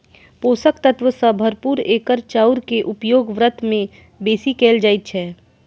पोषक तत्व सं भरपूर एकर चाउर के उपयोग व्रत मे बेसी कैल जाइ छै